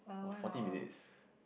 !wah! forty minutes